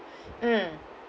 mm